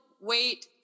wait